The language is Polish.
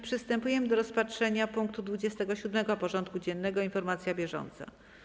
Przystępujemy do rozpatrzenia punktu 27. porządku dziennego: Informacja bieżąca.